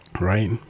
Right